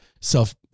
self